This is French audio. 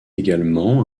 également